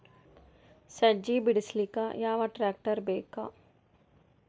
ಸಜ್ಜಿ ಬಿಡಿಸಿಲಕ ಯಾವ ಟ್ರಾಕ್ಟರ್ ಬೇಕ?